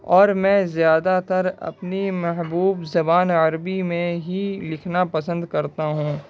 اور میں زیادہ تر اپنی محبوب زبان عربی میں ہی لکھنا پسند کرتا ہوں